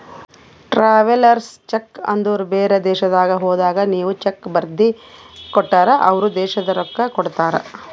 travellers cheque ಅಂದುರ್ ಬೇರೆ ದೇಶದಾಗ್ ಹೋದಾಗ ನೀವ್ ಚೆಕ್ ಬರ್ದಿ ಕೊಟ್ಟರ್ ಅವ್ರ ದೇಶದ್ ರೊಕ್ಕಾ ಕೊಡ್ತಾರ